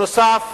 נוסף